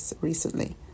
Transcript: recently